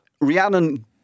Rhiannon